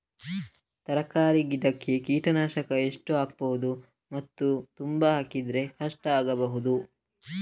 ತರಕಾರಿ ಗಿಡಕ್ಕೆ ಕೀಟನಾಶಕ ಎಷ್ಟು ಹಾಕ್ಬೋದು ಮತ್ತು ತುಂಬಾ ಹಾಕಿದ್ರೆ ಕಷ್ಟ ಆಗಬಹುದ?